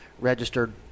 registered